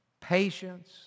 patience